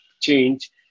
change